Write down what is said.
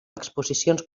exposicions